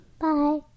Bye